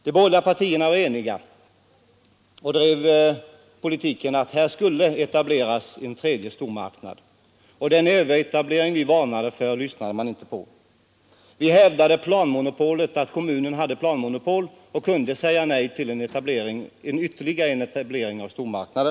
De borgerliga partierna var eniga om att här skulle etableras en tredje stormarknad, och våra varningar om överetablering lyssnade man inte till. Vi hävdade att kommunen hade planmonopol och kunde säga nej till etablering av ytterligare en stormarknad.